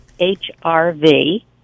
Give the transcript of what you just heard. HRV